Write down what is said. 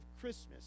Christmas